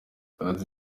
yagize